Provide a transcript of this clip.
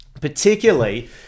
Particularly